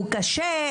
הוא קשה,